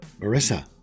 Marissa